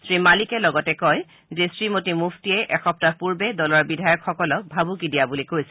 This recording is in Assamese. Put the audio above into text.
শ্ৰীমালিকে লগতে কয় যে শ্ৰীমতী মুফতিয়ে এসপ্তাহ পূৰ্বে দলৰ বিধায়কসকলক ভাবুকি দিয়া বুলি কৈছিল